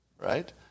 right